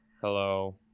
Hello